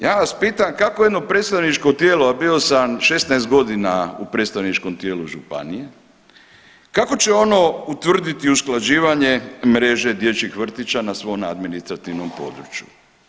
Ja vas pitam kako jedno predstavničko tijelo, a bio sam 16 godina u predstavničkom tijelu županije, kako će ono utvrditi usklađivanje mreže dječjih vrtića na svom administrativnom području.